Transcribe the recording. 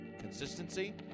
consistency